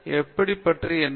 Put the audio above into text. அறிவைப் பற்றி என்ன